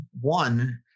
one